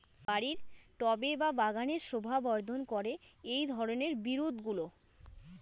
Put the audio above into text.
বাড়ির টবে বা বাগানের শোভাবর্ধন করে এই ধরণের বিরুৎগুলো